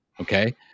Okay